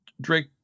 Drake